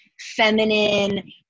feminine